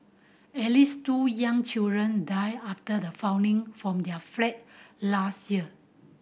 at least two young children died after the falling from their flat last year